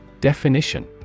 Definition